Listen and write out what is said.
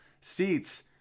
seats